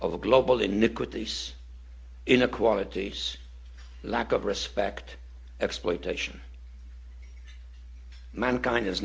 the global iniquities inequalities lack of respect exploitation mankind is